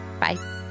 Bye